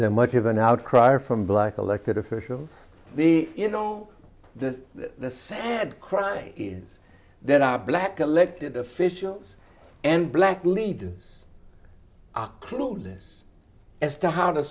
a much of an outcry from black elected officials the you know the the sad crying is there are black elected officials and black leaders are clueless as to how to